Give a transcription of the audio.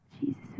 Jesus